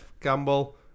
Campbell